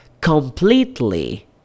COMPLETELY